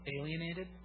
Alienated